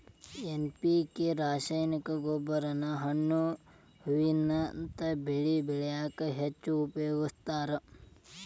NPK ರಾಸಾಯನಿಕ ಗೊಬ್ಬರಾನ ಹಣ್ಣು ಹೂವಿನಂತ ಬೆಳಿ ಬೆಳ್ಯಾಕ ಹೆಚ್ಚ್ ಉಪಯೋಗಸ್ತಾರ